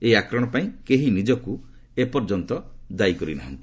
ଏହି ଆକ୍ରମଣ ପାଇଁ କେହି ନିଜକୁ ଦାୟୀ କରିନାହାନ୍ତି